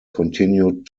continued